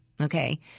Okay